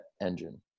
engine